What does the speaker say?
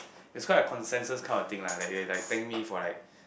there's quite a consensus kind of thing lah like like thank me for like